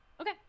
Okay